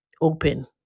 open